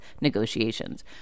negotiations